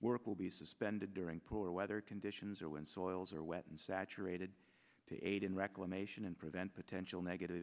work will be suspended during poor weather conditions or wind soils are wet and saturated to aid in reclamation and prevent potential negative